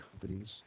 companies